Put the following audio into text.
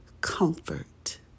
comfort